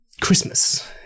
Christmas